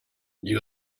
you